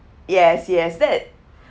yes yes that